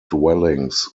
dwellings